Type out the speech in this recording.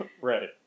right